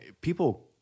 people